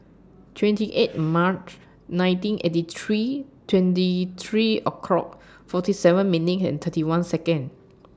twenty eight March nineteen eighty three twenty three o'clock forty seven minutes and thirty one Seconds